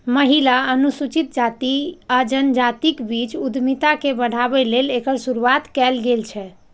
महिला, अनुसूचित जाति आ जनजातिक बीच उद्यमिता के बढ़ाबै लेल एकर शुरुआत कैल गेल छै